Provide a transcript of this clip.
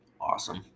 Awesome